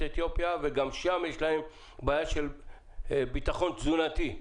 אתיופיה וגם שם יש להם בעיה של ביטחון תזונתי.